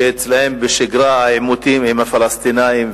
שאצלם זה בשגרה העימותים עם הפלסטינים,